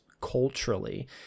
culturally